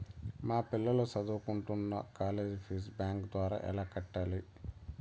మా పిల్లలు సదువుకుంటున్న కాలేజీ ఫీజు బ్యాంకు ద్వారా ఎలా కట్టాలి?